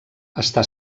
està